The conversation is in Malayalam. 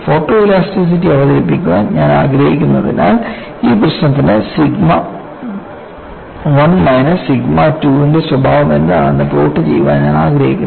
ഫോട്ടോ ഇലാസ്റ്റിസിറ്റി അവതരിപ്പിക്കാൻ ഞാൻ ആഗ്രഹിക്കുന്നതിനാൽ ഈ പ്രശ്നത്തിന് സിഗ്മ 1 മൈനസ് സിഗ്മ 2 ന്റെ സ്വഭാവം എന്താണെന്ന് പ്ലോട്ട് ചെയ്യാൻ ഞാൻ ആഗ്രഹിക്കുന്നു